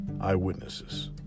eyewitnesses